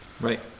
Right